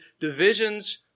divisions